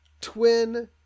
twin